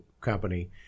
company